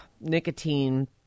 nicotine